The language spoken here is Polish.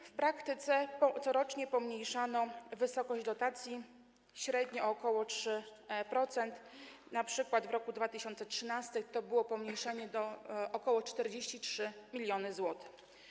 A więc w praktyce corocznie pomniejszano wysokość dotacji średnio o ok. 3%, np. w roku 2013 nastąpiło pomniejszenie do ok. 43 mln zł.